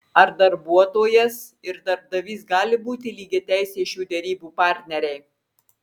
ar darbuotojas ir darbdavys gali būti lygiateisiai šių derybų partneriai